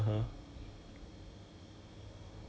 I I'm pretty sure 他们 also didn't catch the thing [one] lor